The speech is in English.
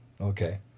Okay